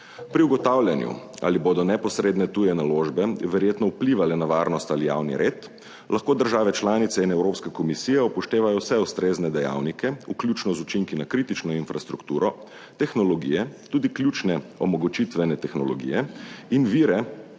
Pri ugotavljanju, ali bodo neposredne tuje naložbe verjetno vplivale na varnost ali javni red, lahko države članice in Evropska komisija upoštevajo vse ustrezne dejavnike, vključno z učinki na kritično infrastrukturo, tehnologije, tudi ključne omogočitvene tehnologije in vire,